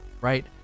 Right